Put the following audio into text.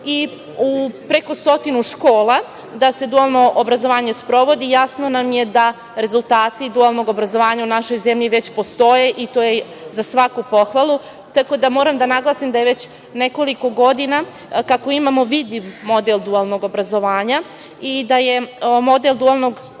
i u preko stotinu škola da se dualno obrazovanje sprovodi, jasno nam je da rezultati dualnog obrazovanja u našoj zemlji već postoje i to je za svaku pohvalu, tako da moram da naglasim da je već nekoliko godina kako imamo vidljiv model dualnog obrazovanja i da je model dualnog obrazovanja